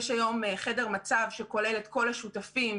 יש היום חדר מצב שכולל את כל השותפים,